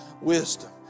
wisdom